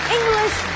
English